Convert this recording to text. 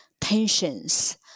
tensions